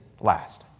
last